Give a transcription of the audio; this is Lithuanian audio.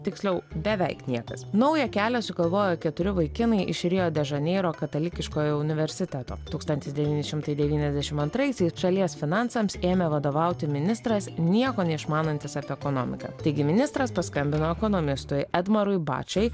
tiksliau beveik niekas naują kelią sugalvojo keturi vaikinai iš rio de žaneiro katalikiškojo universiteto tūkstantis devyni šimtai devyniasdešim antraisiais šalies finansams ėmė vadovauti ministras nieko neišmanantis apie ekonomiką taigi ministras paskambino ekonomistui edmarui bačai